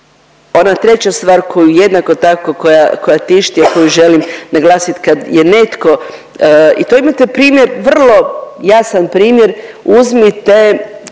ona treća stvar koju jednako tako koja tišti, a koju želim naglasiti kad je netko i to imate primjer, vrlo jasan primjer uzmite